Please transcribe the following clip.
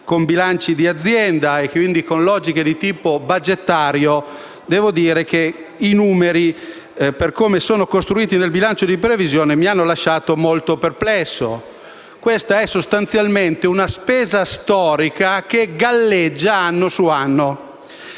con bilanci di azienda e quindi con logiche di tipo budgetario, devo dire che i numeri, per come sono costruiti nel bilancio di previsione, mi hanno lasciato molto perplesso. Questa è sostanzialmente una spesa storica che galleggia anno su anno.